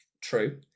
true